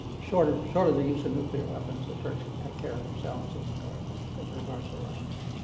short of sort of the use of nuclear weapons, the turks can take care of themselves, as regards as regards to the russians.